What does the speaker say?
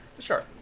Sure